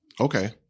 Okay